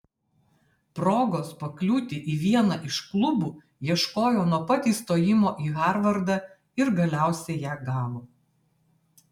progos pakliūti į vieną iš klubų ieškojo nuo pat įstojimo į harvardą ir galiausiai ją gavo